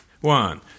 One